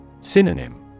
Synonym